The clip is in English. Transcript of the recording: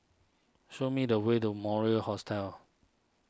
show me the way to Mori Hostel